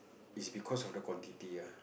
it's because of the quantity ah